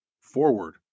forward